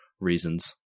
reasons